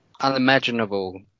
unimaginable